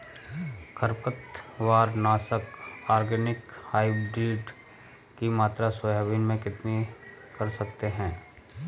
खरपतवार नाशक organic hybrid की मात्रा सोयाबीन में कितनी कर सकते हैं?